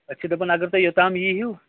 أسۍ چھِ دپان اگر تُہۍ یوٚتام یی ییوٗ